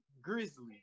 Grizzly